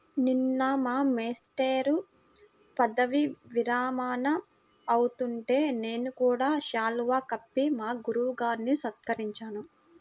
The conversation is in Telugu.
నిన్న మా మేష్టారు పదవీ విరమణ అవుతుంటే నేను కూడా శాలువా కప్పి మా గురువు గారిని సత్కరించాను